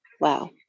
Wow